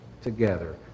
together